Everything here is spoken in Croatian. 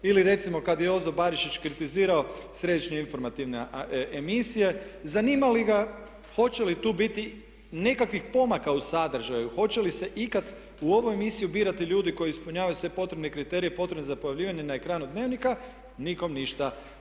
Ili recimo kada je Jozo Barišić kritizirao središnje informativne emisije, zanima li ga hoće li tu biti nekakvih pomaka u sadržaju, hoće li se ikada u ovu emisiju birati ljudi koji ispunjavaju sve potrebne kriterije, potrebne za pojavljivanje na ekranu Dnevnika, nikom ništa.